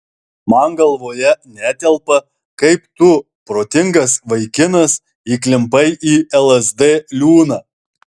man galvoje netelpa kaip tu protingas vaikinas įklimpai į lsd liūną